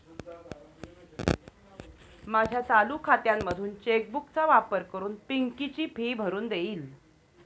माझ्या चालू खात्यामधून चेक बुक चा वापर करून पिंकी ची फी भरून देईल